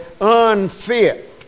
Unfit